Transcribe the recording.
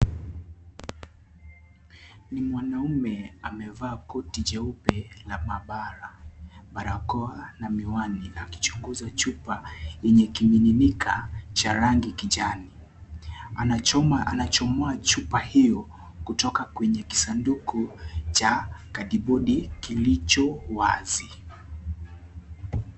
Ni mwanamume amevaa koti jeupe la maabara, barakoa na miwani akichunguza chupa yenye kimiminika cha rangi kijani. Anachomoa chupa hio kutoka kwenye kisanduku cha kadibodi kilicho wazi.